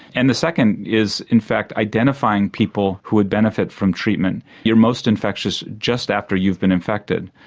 and the second is in fact identifying people who would benefit from treatment. you are most infectious just after you've been infected,